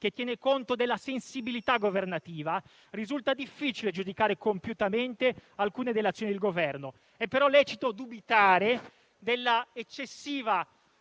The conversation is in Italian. che tiene conto della sensibilità governativa, risulta difficile giudicare compiutamente alcune delle azioni del Governo. È però lecito dubitare delle eccessive